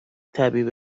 طبیب